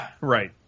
right